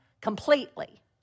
completely